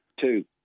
Two